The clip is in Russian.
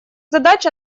задач